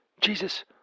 Jesus